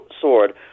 sword